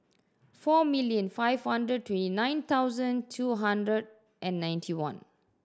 four million five hundred twenty nine thousand two hundred and ninety one